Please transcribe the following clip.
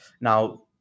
Now